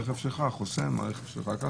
הרכב שלך חוסם חנייה.